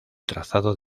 trazado